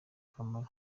akamaro